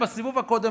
בסיבוב הקודם,